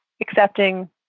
accepting